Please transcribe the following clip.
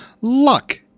Luck